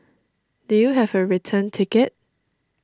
do you have a return ticket